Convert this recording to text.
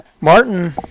Martin